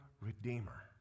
Redeemer